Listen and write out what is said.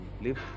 live